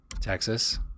Texas